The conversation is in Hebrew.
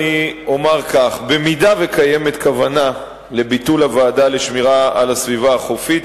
אומר כך: במידה שקיימת כוונה לביטול הוועדה לשמירת הסביבה החופית,